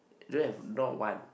so you have not one